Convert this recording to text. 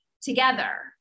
together